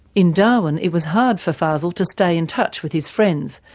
in darwin, it was hard for fazel to stay in touch with his friends,